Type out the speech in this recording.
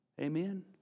Amen